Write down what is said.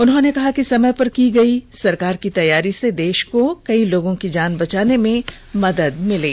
उन्होरने कहा कि समय पर की गई सरकार की तैयारी से देश को कई लोगों की जान बचाने में मदद मिली